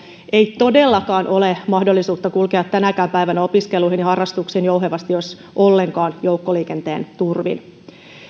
ei todellakaan ole mahdollisuutta kulkea tänäkään päivänä opiskeluihin ja harrastuksiin jouhevasti jos ollenkaan joukkoliikenteen turvin